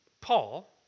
Paul